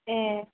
ए